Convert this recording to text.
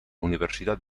universidad